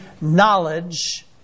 knowledge